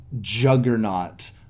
juggernaut